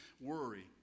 Worry